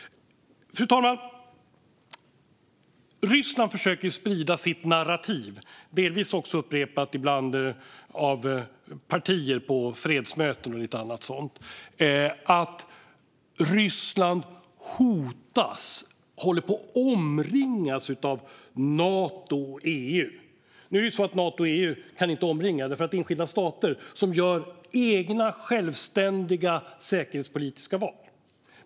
Fru talman! Ryssland försöker sprida sitt narrativ, delvis ibland upprepat av partier på fredsmöten och annat: att Ryssland hotas och håller på att omringas av Nato och EU. Men Nato och EU kan inte omringa, för det är enskilda stater som gör egna, självständiga säkerhetspolitiska val.